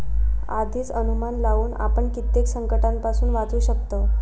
आधीच अनुमान लावुन आपण कित्येक संकंटांपासून वाचू शकतव